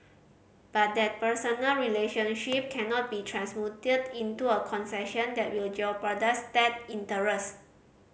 but that personal relationship cannot be transmuted into a concession that will jeopardise state interest